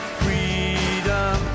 freedom